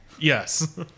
Yes